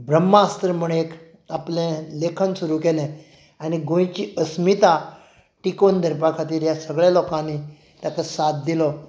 ब्रह्मास्त्र म्हूण एक आपलें लेखन सुरू केलें आनी गोंयची अस्मिताय टिकोवन दवरपा खातीर ह्या सगल्या लोकांनी ताका साथ दिलो